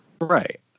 Right